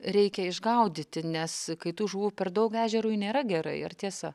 reikia išgaudyti nes kai tų žuvų per daug ežerui nėra gerai ar tiesa